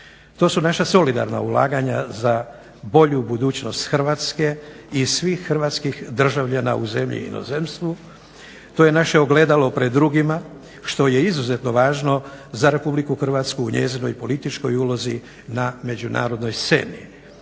To su naša solidarna ulaganja za bolju budućnost Hrvatske i svih hrvatskih državljana u zemlji i inozemstvu, to je naše ogledalo pred drugima što je izuzetno važno za RH u njezinoj političkoj ulozi na međunarodnoj sceni.